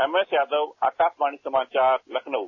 MS Yadav Akashvani समाचार लखनऊ